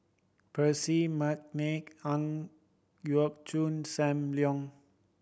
Percy McNeice Ang Yau Choon Sam Leong